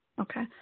Okay